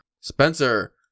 Spencer